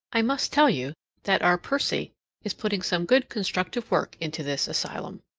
i must tell you that our percy is putting some good constructive work into this asylum.